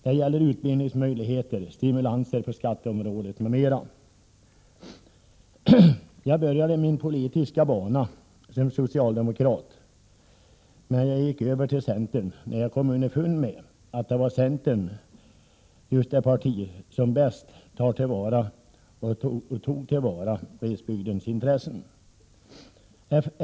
Det gäller vidare utbildningsmöjligheter, stimulanser på skatteområdet, m.m. Jag började min politiska bana som socialdemokrat, men jag gick över till centern när jag kom underfund med att centern var det parti som bäst tog till vara glesbygdens intressen.